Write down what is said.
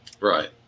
Right